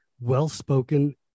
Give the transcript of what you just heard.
well-spoken